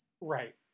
right